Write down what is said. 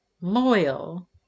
Loyal